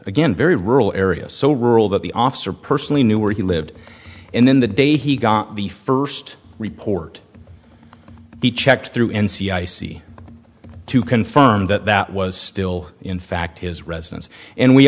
again very rural area so rural that the officer personally knew where he lived and then the day he got the first report to be checked through n c i c to confirm that that was still in fact his residence and we